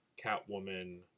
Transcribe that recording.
Catwoman